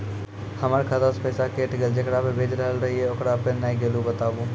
हमर खाता से पैसा कैट गेल जेकरा पे भेज रहल रहियै ओकरा पे नैय गेलै बताबू?